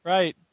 Right